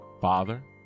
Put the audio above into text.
Father